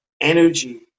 energy